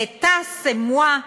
L'Etat, c'est moi,